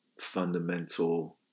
fundamental